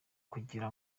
kugira